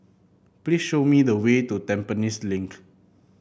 please show me the way to Tampines Link